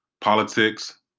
politics